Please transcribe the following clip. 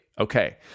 Okay